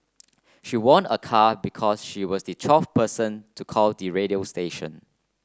she won a car because she was the twelve person to call the radio station